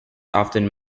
often